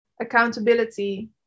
accountability